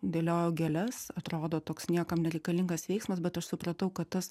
dėliojau gėles atrodo toks niekam nereikalingas veiksmas bet aš supratau kad tas